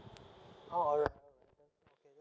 oh alright